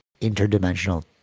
interdimensional